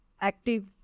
active